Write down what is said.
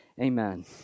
amen